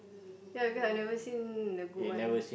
ya because I've never seen the good ones